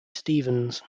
stephens